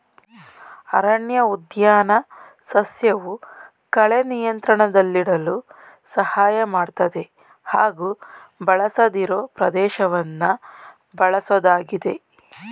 ಅರಣ್ಯಉದ್ಯಾನ ಸಸ್ಯವು ಕಳೆ ನಿಯಂತ್ರಣದಲ್ಲಿಡಲು ಸಹಾಯ ಮಾಡ್ತದೆ ಹಾಗೂ ಬಳಸದಿರೋ ಪ್ರದೇಶವನ್ನ ಬಳಸೋದಾಗಿದೆ